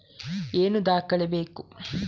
ಏನು ದಾಖಲೆ ಬೇಕು?